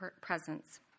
presence